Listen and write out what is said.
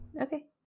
Okay